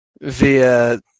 via